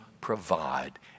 provide